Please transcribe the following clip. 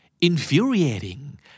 Infuriating